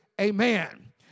Amen